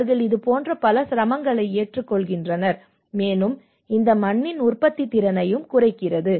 அவர்கள் இதுபோன்ற பல சிரமங்களை எதிர்கொள்கின்றனர் மேலும் இது மண்ணின் உற்பத்தித்திறனையும் குறைக்கிறது